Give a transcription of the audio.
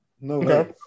No